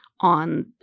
on